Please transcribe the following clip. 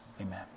Amen